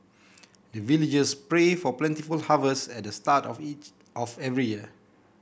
the villagers pray for plentiful harvest at the start of each of every year